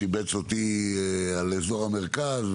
הוא שיבץ אותי על אזור המרכז,